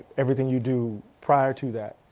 everything you do prior to that,